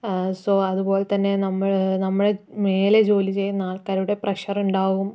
so അതുപോലെത്തന്നെ നമ്മൾ നമ്മളെ മേലെ ജോലി ചെയ്യുന്ന ആൾക്കാരുടെ പ്രഷർ ഉണ്ടാകും